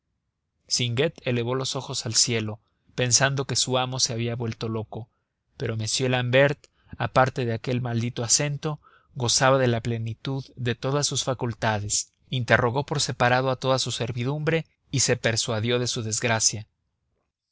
singuet elevó los ojos al cielo pensando que su amo se había vuelto loco pero m l'ambert aparte de aquel maldito acento gozaba de la plenitud de todas sus facultades interrogó por separado a toda su servidumbre y se persuadió de su desgracia